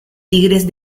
tigres